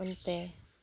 ᱚᱱᱛᱮ